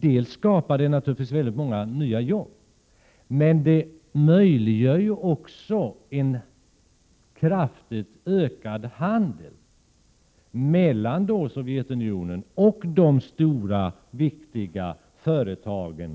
Dels skapar den naturligtivs många nya jobb, dels möjliggör den också en kraftigt ökad handel mellan Sovjetunionen och länets stora viktiga företag. Ett